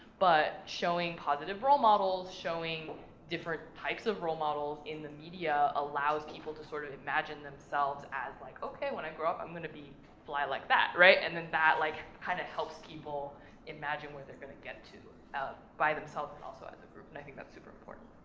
but showing positive role models, showing different types of role models in the media allows people to sort of imagine themselves as like, okay, when i grow up, i'm gonna be fly like that, right? and then that like kinda helps people imagine what they're gonna get to by themselves and also as a group, and i think that's super important.